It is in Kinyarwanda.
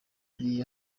iri